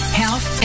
health